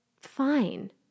fine